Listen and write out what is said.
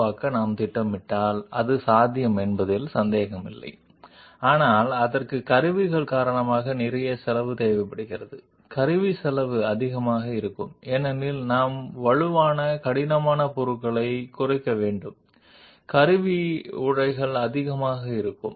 అంటే మనం 3 dimensional machining సహాయంతో ఈ డైస్లను తయారు చేయాలని ప్లాన్ చేస్తే అది సాధ్యపడదు కాని టూల్స్ కారణంగా చాలా ఖర్చు అవుతుంది టూలింగ్ ఖర్చు ఎక్కువగా ఉంటుంది ఎందుకంటే మనం బలమైన కఠినమైన మెటీరియల్లను కత్తిరించాలి టూల్ వేర్ ఎక్కువగా ఉంటుంది మరియు అందువల్ల టూల్ కోసం ఖర్చు చాలా ఎక్కువగా ఉంటుంది